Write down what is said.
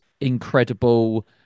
incredible